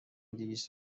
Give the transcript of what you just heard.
دویست